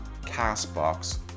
CastBox